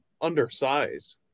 undersized